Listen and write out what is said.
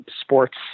sports